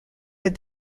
that